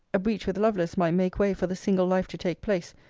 a breach with lovelace might make way for the single life to take place,